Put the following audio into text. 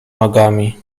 nogami